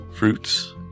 fruits